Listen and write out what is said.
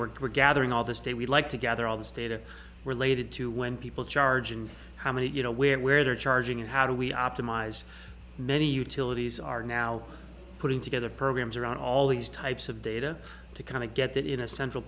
we're gathering all this day we like to gather all this data related to when people charge and how many you know where where they're charging how do we optimize many utilities are now putting together programs around all these types of data to kind of get that in a central